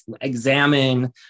examine